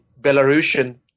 Belarusian